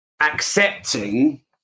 accepting